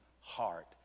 heart